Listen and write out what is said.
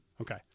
Okay